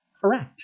correct